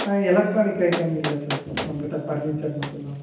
electronic item இல்லை sir நம்மக்கிட்டே furniture மட்டும்தான்